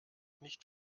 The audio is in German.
nicht